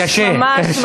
קשה.